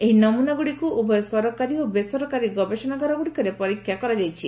ଏହି ନମୁନାଗୁଡ଼ିକୁ ଉଭୟ ସରକାରୀ ଓ ବେସରକାରୀ ଗବେଷଣାଗାରଗୁଡ଼ିକରେ ପରୀକ୍ଷା କରାଯାଇଛି